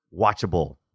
watchable